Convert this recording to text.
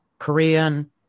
Korean